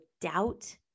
doubt